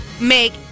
make